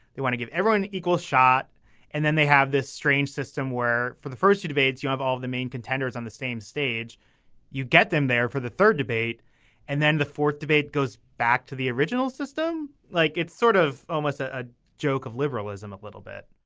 they want to give everyone an equal shot and then they have this strange system where for the first two debates you have all of the main contenders on the same stage you get them there for the third debate and then the fourth debate goes back to the original system like it's sort of almost ah a joke of liberalism a little bit